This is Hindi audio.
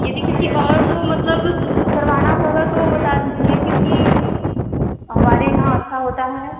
यदि किसी और को मतलब करवाना होगा तो बता दीजिए क्योंकि हमारे यहाँ अच्छा होता है